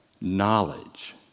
knowledge